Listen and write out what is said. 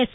yes